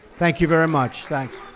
thank you very much. like